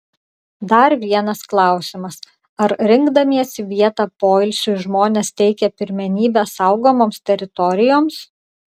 dar vienas klausimas ar rinkdamiesi vietą poilsiui žmonės teikia pirmenybę saugomoms teritorijoms